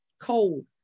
cold